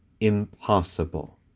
impossible